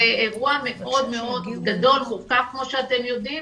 זה אירוע מאוד מאוד גדול כמו שאתם יודעים,